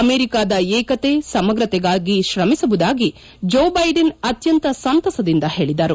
ಅಮೆರಿಕದ ಏಕತೆ ಸಮಗ್ರತೆಗಾಗಿ ಶ್ರಮಿಸುವುದಾಗಿ ಜೋ ಬೈಡನ್ ಅತ್ಯಂತ ಸಂತಸದಿಂದ ಹೇಳಿದರು